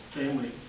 family